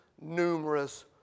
numerous